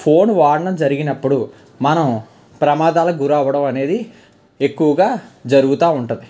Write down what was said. phone వాడడం జరిగినప్పుడు మనం ప్రమాదాలకు గురి అవ్వడం అనేది ఎక్కువుగా జరుగుతు ఉంటుంది